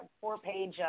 four-page